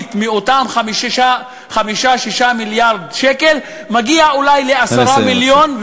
הערבית באותם 6-5 מיליארד שקל מגיע אולי ל-10 מיליון,